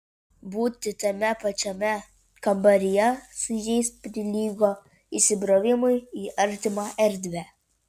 būti tame pačiame kambaryje su jais prilygo įsibrovimui į artimą erdvę